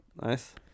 Nice